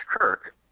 Kirk